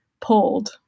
pulled